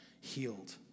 healed